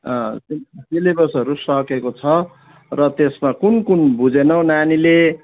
अँ सिलेबसहरू सकिएको छ र त्यसमा कुन कुन बुझेनौ नानीले